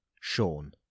Sean